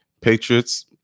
Patriots